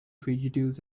fugitives